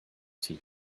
tea